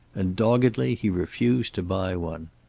and doggedly he refused to buy one.